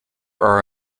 are